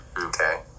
Okay